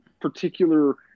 particular